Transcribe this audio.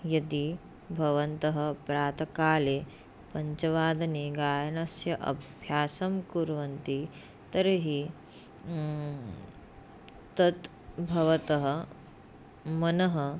यदि भवन्तः प्रातकाले पञ्चवादने गायनस्य अभ्यासं कुर्वन्ति तर्हि तत् भवतः मनः